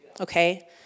okay